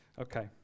Okay